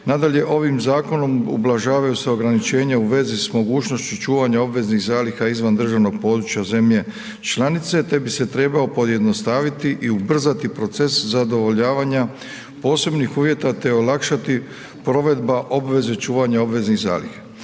Nadalje, ovim zakonom ublažavaju se ograničenja u vezi s mogućnošću čuvanja obveznih zaliha izvan državnog područja zemlje članice te bi se trebao pojednostaviti i ubrzati proces zadovoljavanja posebnih uvjeta te olakšati provedba obveze čuvanja obveznih zaliha.